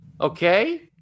Okay